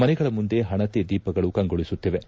ಮನೆಗಳ ಮುಂದೆ ಹಣತೆ ದೀಪಗಳು ಕಂಗೊಳಿಸುತ್ತಿವೆ